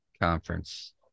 conference